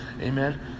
Amen